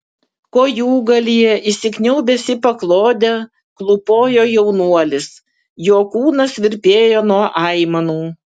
kojūgalyje įsikniaubęs į paklodę klūpojo jaunuolis jo kūnas virpėjo nuo aimanų